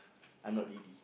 I'm not ready